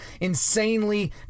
insanely